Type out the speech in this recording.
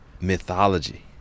mythology